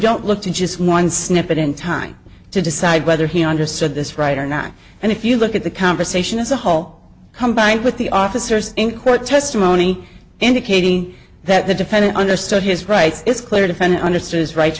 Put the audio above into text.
don't look to just one snippet in time to decide whether he understood this right or not and if you look at the conversation as a whole combined with the officers in court testimony indicating that the defendant understood his rights it's clear defendant understood his right